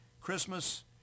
Christmas